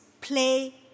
play